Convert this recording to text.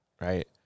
Right